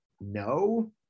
No